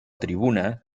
tribuna